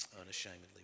unashamedly